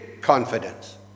confidence